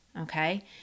Okay